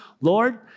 Lord